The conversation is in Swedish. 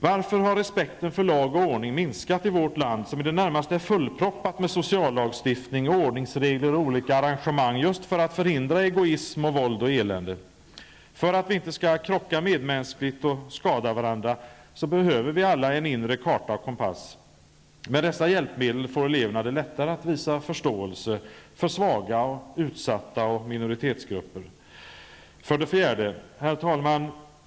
Varför har respekten för lag och ordning minskat i vårt land, som i det närmaste är fullproppat med sociallagstiftning, ordningsregler och olika arrangemang som skall förhindra egoism, våld och elände? För att vi inte skall krocka medmänskligt och skada varandra behöver vi alla en inre karta och kompass. Med dessa hjälpmedel får eleverna det lättare att visa förståelse för svaga, utsatta och minoritetsgrupper. Herr talman!